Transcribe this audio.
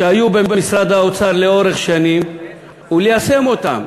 שהיו במשרד האוצר לאורך שנים וליישם אותן.